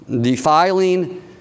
defiling